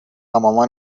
مامان